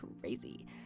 crazy